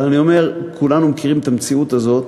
אבל אני אומר כולנו מכירים את המציאות הזאת.